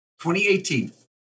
2018